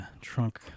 trunk